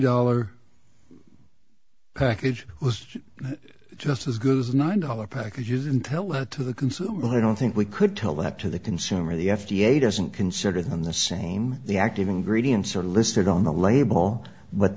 dollar package was just as good as nine dollars packages and tell that to the consumer but i don't think we could tell that to the consumer the f d a doesn't consider them the same the active ingredients are listed on the label